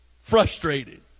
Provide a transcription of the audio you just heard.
frustrated